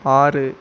ஆறு